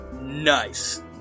Nice